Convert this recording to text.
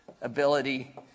ability